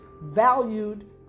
valued